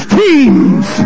teams